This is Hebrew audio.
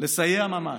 לסייע ממש,